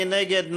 מי נגד?